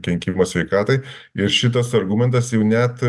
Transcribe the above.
kenkimas sveikatai ir šitas argumentas jau net